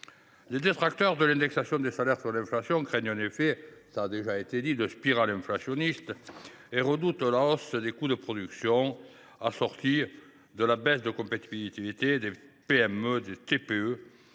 Les détracteurs de l’indexation des salaires sur l’inflation craignent un effet de spirale inflationniste et redoutent une hausse des coûts de production assortie de la baisse de la compétitivité des petites et